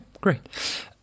great